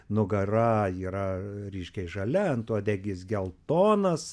nugara yra ryškiai žalia antuodegis geltonas